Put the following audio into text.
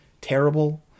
terrible